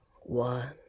One